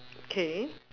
okay